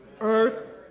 Earth